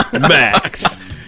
Max